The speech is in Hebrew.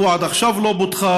מדוע עד עכשיו לא פותחה?